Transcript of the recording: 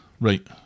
Right